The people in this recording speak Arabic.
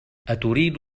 أتريد